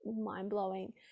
mind-blowing